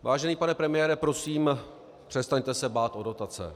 Vážený pane premiére, prosím, přestaňte se bát o dotace.